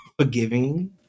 forgiving